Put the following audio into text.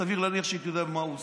סביר להניח שהייתי יודע במה הוא עוסק.